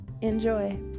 enjoy